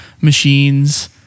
machines